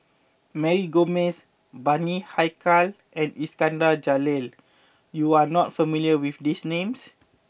Mary Gomes Bani Haykal and Iskandar Jalil you are not familiar with these names